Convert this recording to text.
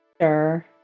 Sure